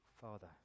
Father